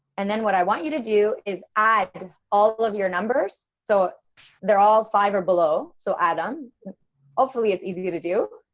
and then what i want you to do is add all of your numbers. so they're all five or below so add on hopefully it's easy to do